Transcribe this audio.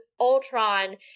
Ultron